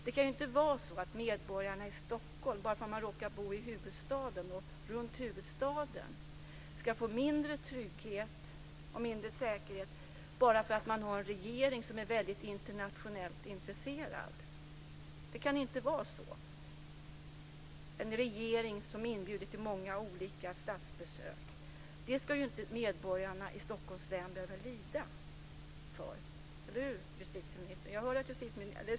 Det kan inte vara så att medborgarna i Stockholm ska få mindre trygghet och säkerhet, bara för att de råkar bo i och runt huvudstaden och har en regering som är internationellt intresserad. Det kan inte vara så. Regeringen inbjuder till många olika statsbesök. Det ska inte medborgarna i Stockholms län behöva lida för, eller hur justitieministern?